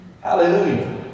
Hallelujah